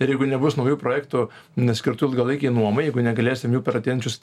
ir jeigu nebus naujų projektų neskirtų ilgalaikei nuomai jeigu negalėsim jų per ateinančius